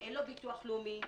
אין לו ביטוח לאומי,